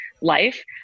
life